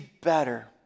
better